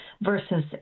versus